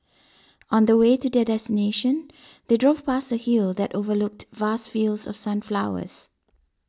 on the way to their destination they drove past a hill that overlooked vast fields of sunflowers